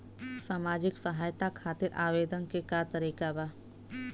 सामाजिक सहायता खातिर आवेदन के का तरीका बा?